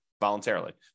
voluntarily